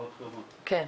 כן.